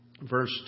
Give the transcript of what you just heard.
verse